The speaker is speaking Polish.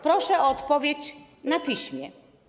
Proszę o odpowiedź na piśmie.